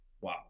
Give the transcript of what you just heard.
wow